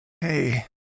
Hey